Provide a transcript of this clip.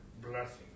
blessing